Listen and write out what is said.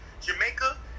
Jamaica